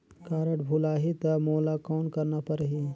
Card भुलाही ता मोला कौन करना परही?